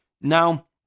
Now